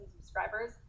subscribers